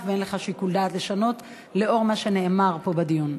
ואין לך שיקול דעת לשנות לאור מה שנאמר פה בדיון.